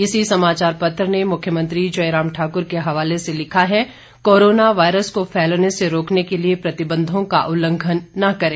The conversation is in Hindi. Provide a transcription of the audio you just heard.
इसी समाचार पत्र ने मुख्यमंत्री जयराम ठाकुर के हवाले से लिखा है कोरोना वायरस को फैलने से रोकने के लिए प्रतिबंधों का उल्लंघन न करें